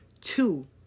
Two